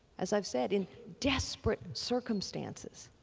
as i've said, in desperate circumstances,